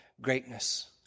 greatness